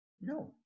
No